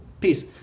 peace